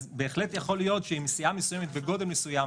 אז בהחלט יכול להיות שאם סיעה מסוימת בגודל מסוים,